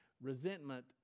resentment